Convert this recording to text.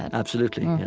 and absolutely